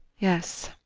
yes,